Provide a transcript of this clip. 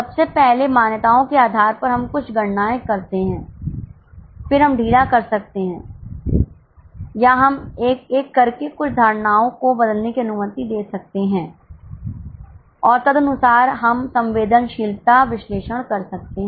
सबसे पहले मान्यताओं के आधार पर हम कुछ गणनाएँ करते हैं फिर हम ढीला कर सकते हैं या हम एक एक करके कुछ धारणाओं को बदलने की अनुमति दे सकते हैं और तदनुसार हम संवेदनशीलता विश्लेषण कर सकते हैं